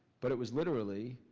but it was literally